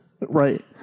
Right